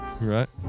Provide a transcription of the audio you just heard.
Right